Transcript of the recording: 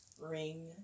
ring